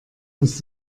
uns